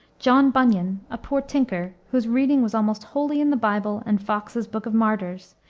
john bunyan, a poor tinker, whose reading was almost wholly in the bible and fox's book of martyrs,